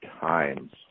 times